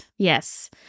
Yes